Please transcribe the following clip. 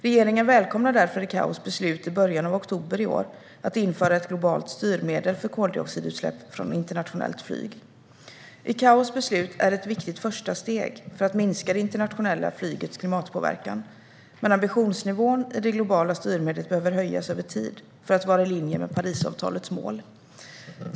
Regeringen välkomnar därför ICAO:s beslut i början av oktober i år att införa ett globalt styrmedel för koldioxidutsläpp från internationellt flyg. ICAO:s beslut är ett viktigt första steg för att minska det internationella flygets klimatpåverkan, men ambitionsnivån i det globala styrmedlet behöver höjas över tid för att vara i linje med Parisavtalets mål.